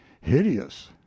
hideous